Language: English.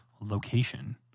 location